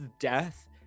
death